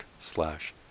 slash